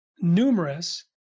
numerous